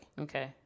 Okay